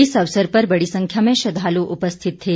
इस अवसर पर बड़ी संख्या में श्रद्धालु उपस्थित थे